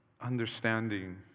understanding